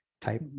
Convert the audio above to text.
type